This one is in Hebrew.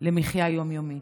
למחיה יום-יומית.